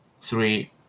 three